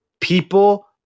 people